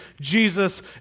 jesus